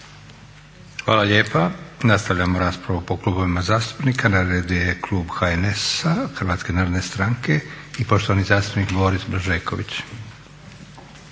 Hvala lijepa. Nastavljam raspravu po klubovima zastupnika. Na redu je klub HNS-a, Hrvatske narodne stranke i poštovani zastupnik Boris Blažeković.